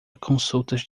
consultas